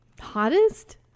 hottest